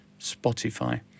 Spotify